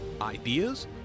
Ideas